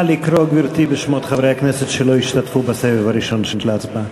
נא לקרוא בשמות חברי הכנסת שלא השתתפו בסבב הראשון של ההצבעה.